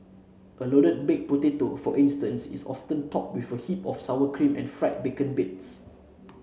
a loaded baked potato for instance is often topped with a heap of sour cream and fried bacon bits